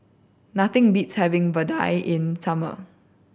nothing beats having Vadai in the summer